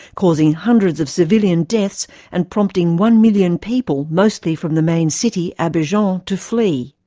causing hundreds of civilian deaths and prompting one million people, mostly from the main city, abidjan, to flee.